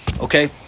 okay